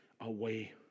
away